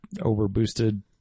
over-boosted